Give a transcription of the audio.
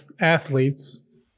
athletes